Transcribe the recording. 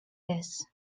this